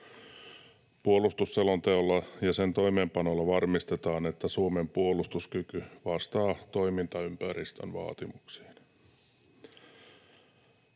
Puolustusselonteolla ja sen toimeenpanolla varmistetaan, että Suomen puolustuskyky vastaa toimintaympäristön vaatimuksiin.